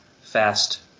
fast